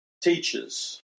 teaches